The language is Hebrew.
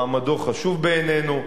מעמדו חשוב בעינינו,